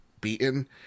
beaten